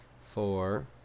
four